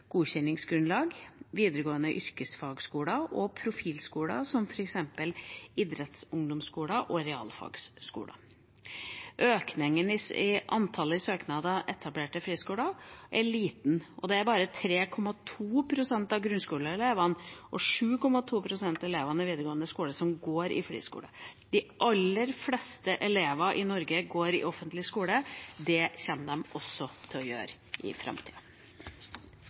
godkjenningsgrunnlag – videregående yrkesfagskoler og profilskoler, som f.eks. idrettsungdomsskoler og realfagsskoler. Økningen i antallet søknader om å etablere friskoler er liten, og det er bare 3,2 pst. av grunnskoleelevene og 7,2 pst. av elevene i videregående skole som går i friskole. De aller fleste elever i Norge går i offentlig skole. Det kommer de også til å gjøre i framtida.